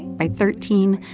by thirteen,